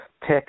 pick